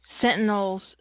sentinel's